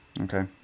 Okay